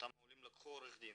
אותם העולים לקחו עורך דין